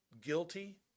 guilty